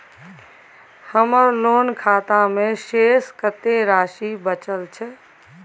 हमर लोन खाता मे शेस कत्ते राशि बचल छै?